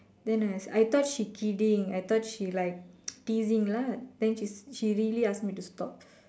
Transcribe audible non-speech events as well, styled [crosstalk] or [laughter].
then I I thought she kidding I thought she like [noise] teasing lah then she she really asked me to stop